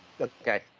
okay